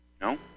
No